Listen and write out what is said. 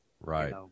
Right